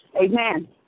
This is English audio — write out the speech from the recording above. Amen